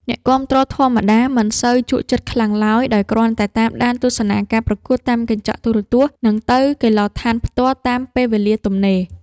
អ្នកគាំទ្រធម្មតាមិនសូវជក់ចិត្តខ្លាំងឡើយដោយគ្រាន់តែតាមដានទស្សនាការប្រកួតតាមកញ្ចក់ទូរទស្សន៍ និង ទៅកីឡាដ្ឋានផ្ទាល់តាមពេលវេលាទំនេរ។